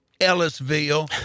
Ellisville